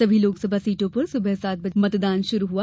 सभी लोकसभा सीटों पर सुबह सात बजे मतदान शुरू हुआ